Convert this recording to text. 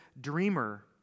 dreamer